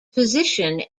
position